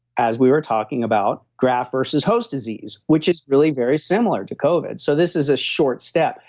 as we were talking about graft versus host disease, which is really very similar to covid. so this is a short step.